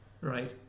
Right